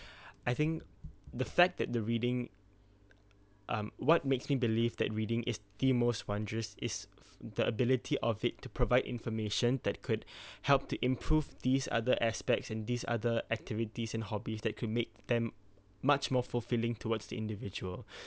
I think the fact that the reading um what makes me believe that reading is the most wondrous is the ability of it to provide information that could help to improve these other aspects and these other activities and hobbies that could make them much more fulfilling towards the individual